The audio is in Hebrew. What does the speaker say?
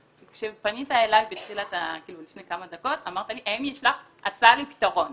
כשפנית אלי לפני כמה דקות אמרת לי: האם יש לך הצעה לפתרון?